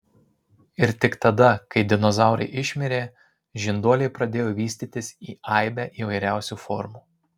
ir tik tada kai dinozaurai išmirė žinduoliai pradėjo vystytis į aibę įvairiausių formų